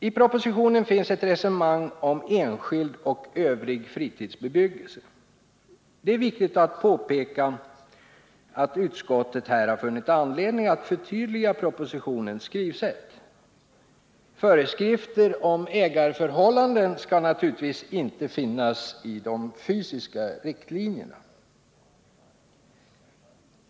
I propositionen finns ett resonemang om enskild och övrig fritidsbebyggelse. Det är viktigt att påpeka att utskottet här har funnit anledning att förtydliga propositionens skrivsätt. Föreskrifter om ägarförhållanden skall naturligtvis inte finnas i de fysiska riktlinjerna.